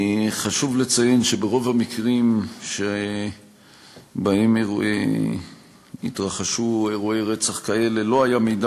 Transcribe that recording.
חשוב לציין שברוב המקרים שבהם התרחשו אירועי רצח כאלה לא היה מידע